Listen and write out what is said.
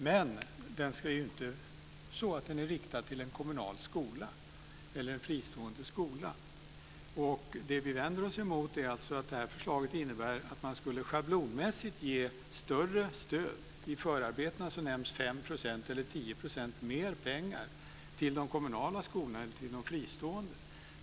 Men den ska inte vara riktad till en kommunal skola eller en fristående skola. Det vi vänder oss emot är att det här förslaget innebär att man schablonmässigt skulle ge större stöd, i förarbetena nämns 5 % eller 10 % mer pengar, till de kommunala skolorna än till de fristående.